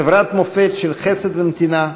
חברת מופת של חסד ונתינה,